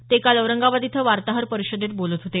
ते काल औरंगाबाद इथं वार्ताहर परिषदेत बोलत होते